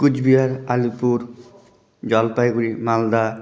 Cooch Behar Alipur Jalpaiguri Malda